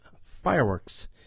fireworks